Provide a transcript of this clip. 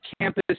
campus